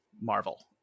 Marvel